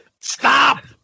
Stop